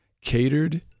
catered